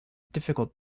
difficult